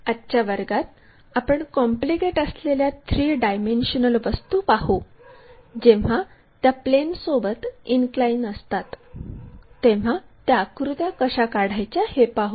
आजच्या वर्गात आपण कॉम्प्लिकेट असलेल्या 3 डायमेन्शनल वस्तू पाहू जेव्हा त्या प्लेनसोबत इनक्लाइन असतात तेव्हा त्या आकृत्या कशा काढायच्या हे पाहू